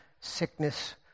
sickness